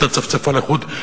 את הצפצפה לחוד,